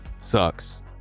sucks